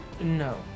No